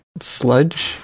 Sludge